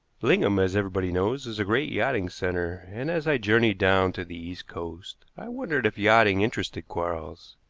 lingham, as everybody knows, is a great yachting center, and as i journeyed down to the east coast i wondered if yachting interested quarles,